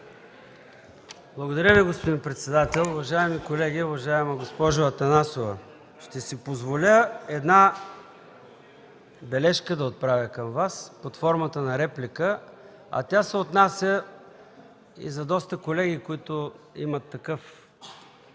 Благодаря Ви, господин председател. Уважаеми колеги! Уважаема госпожо Атанасова, ще си позволя да отправя една бележка към Вас под формата на реплика. Тя се отнася и за доста колеги, които имат такъв